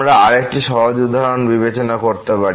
আমরা আরেকটি সহজ উদাহরণ বিবেচনা করতে পারি